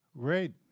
Great